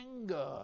anger